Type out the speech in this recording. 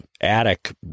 attic